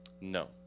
No